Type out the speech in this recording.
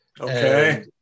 Okay